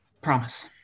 Promise